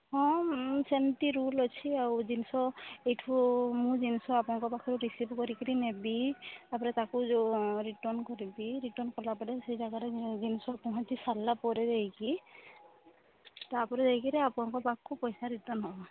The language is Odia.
ହଁ ସେମତି ରୁଲ୍ ଅଛି ଆଉ ଜିନଷ ସେଇଠୁ ମୁଁ ଜିନଷ ଆପଣଙ୍କ ପାଖରୁ ରିସିଭ୍ କରିକରି ନେବି ତା'ପରେ ତାକୁ ଯେଉଁ ରିଟର୍ଣ୍ଣ୍ କରିବି ରିଟର୍ଣ୍ଣ୍ କଲାପରେ ସେ ଯାଗାରେ ଜିନଷ ପହଞ୍ଚି ସାରିଲା ପରେ ଯାଇକି ତା'ପରେ ଯାଇକି ଆପଣଙ୍କ ପାଖକୁ ପଇସା ରିଟର୍ଣ୍ଣ୍ ହେବ